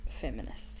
feminist